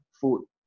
food